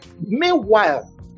meanwhile